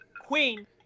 queen